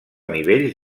nivells